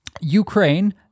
Ukraine